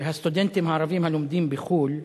הסטודנטים הערבים הלומדים בחו"ל,